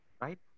Right